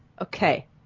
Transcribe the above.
okay